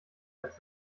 als